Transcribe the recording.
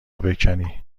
بکنی